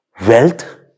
Wealth